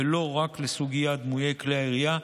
ולא רק לסוגיית דמויי כלי הירייה,